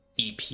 EP